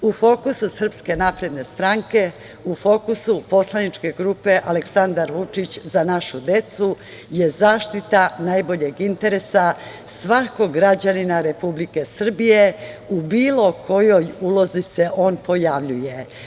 U fokusu SNS, u fokusu poslaničke grupe „Aleksandar Vučić – Za našu decu“ je zaštita najboljeg interesa svakog građanina Republike Srbije u bilo kojoj ulozi se on pojavljuje.